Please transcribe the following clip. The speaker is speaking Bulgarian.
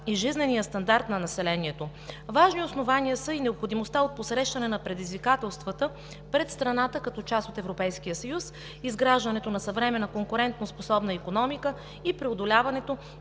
и жизнения стандарт на населението. Важни основания са и необходимостта от посрещане на предизвикателствата пред страната като част от Европейския съюз, изграждането на съвременна, конкурентоспособна икономика и преодоляването